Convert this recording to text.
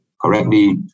correctly